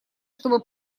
чтобы